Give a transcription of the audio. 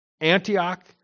Antioch